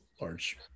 large